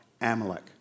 Amalek